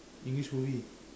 English movie